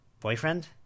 Boyfriend